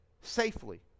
safely